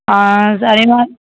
ஆ சரி